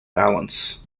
balance